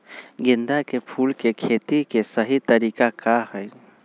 गेंदा के फूल के खेती के सही तरीका का हाई?